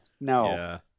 No